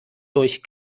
durch